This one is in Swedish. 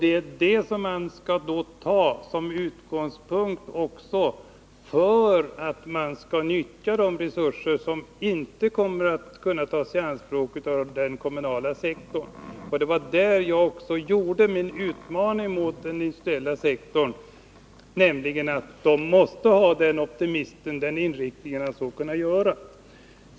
Det är det som man skall ta som utgångspunkt också när det gäller att nyttja de resurser som inte kommer att kunna tas i anspråk av den kommunala sektorn. Det var där jag gjorde min utmaning mot den industriella sektorn — man måste ha optimismen och inriktningen att kunna göra så.